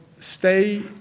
Stay